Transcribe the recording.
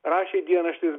rašė dienraštis